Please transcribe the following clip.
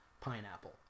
pineapple